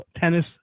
tennis